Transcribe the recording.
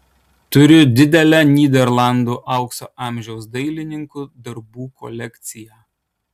turi didelę nyderlandų aukso amžiaus dailininkų darbų kolekciją